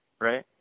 Right